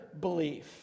belief